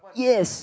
yes